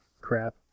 crap